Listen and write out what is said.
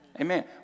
Amen